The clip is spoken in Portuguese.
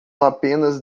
apenas